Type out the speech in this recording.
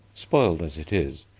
spoiled as it is,